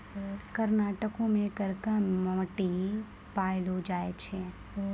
कर्नाटको मे करका मट्टी पायलो जाय छै